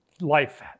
life